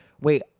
Wait